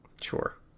Sure